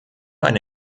eine